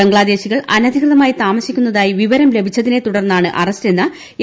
ബംഗ്ലാദേശികൾ അനധികൃതമായി താമസിക്കുന്നതായി വിവരം ലഭിച്ചതിനെ തുടർന്നാണ് അറസ്റ്റെന്ന് എ